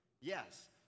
Yes